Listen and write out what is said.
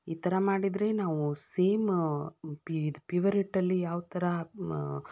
ಈ ಥರ ಮಾಡಿದರೆ ನಾವು ಸೇಮ್ ಪಿ ಇದು ಪಿವರಿಟ್ಟಲ್ಲಿ ಯಾವ ಥರ